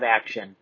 action